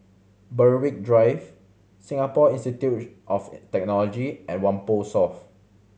Berwick Drive Singapore Institute of Technology and Whampoa South